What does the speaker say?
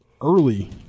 early